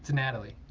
natalie.